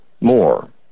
more